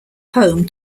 home